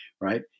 Right